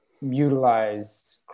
utilize